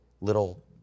little